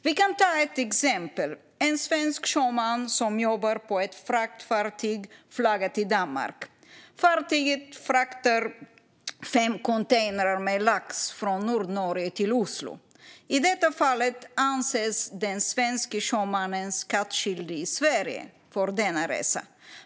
Vi kan ta ett exempel: en svensk sjöman som jobbar på ett fraktfartyg flaggat i Danmark. Fartyget fraktar fem containrar med lax från Nordnorge till Oslo. I det fallet anses den svenske sjömannen skattskyldig i Sverige för denna resa.